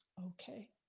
okay,